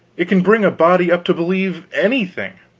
it can bring a body up to believe anything.